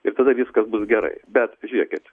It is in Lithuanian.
ir tada viskas bus gerai bet žiūrėkit